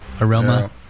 aroma